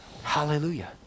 hallelujah